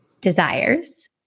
desires